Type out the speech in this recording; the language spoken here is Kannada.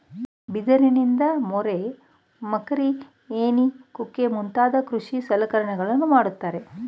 ಬಿದಿರಿನಿಂದ ಮೊರ, ಮಕ್ರಿ, ಏಣಿ ಕುಕ್ಕೆ ಮುಂತಾದ ಕೃಷಿ ಸಲಕರಣೆಗಳನ್ನು ಮಾಡುತ್ತಾರೆ